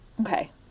Okay